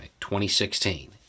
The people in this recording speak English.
2016